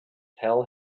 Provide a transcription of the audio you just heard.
tell